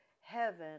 heaven